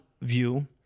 view